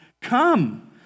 Come